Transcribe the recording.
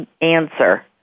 answer